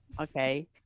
Okay